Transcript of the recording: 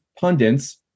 pundits